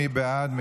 מי בעד?